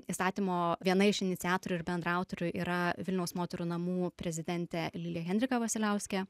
įstatymo viena iš iniciatorių ir bendraautorių yra vilniaus moterų namų prezidentė lilė henrika vasiliauskė